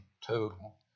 total